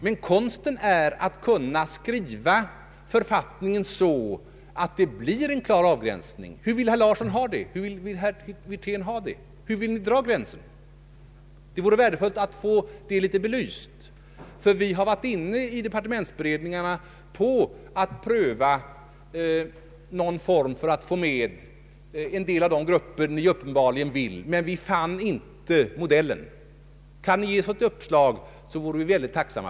Men konsten är att kunna skriva författningen så att det blir en klar avgränsning. Hur vill herrar Thorsten Larsson och Wirtén ha det? Var vill ni dra gränsen? Det vore bra att få detta belyst. Vid departementsberedningarna har vi varit inne på att pröva någon form för att få med en del av de grupper som ni uppenbarligen vill ha med. Men vi fann inte modellen. Kan ni ge oss ett uppslag, vore vi väldigt tacksamma.